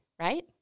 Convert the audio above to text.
right